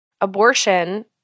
Abortion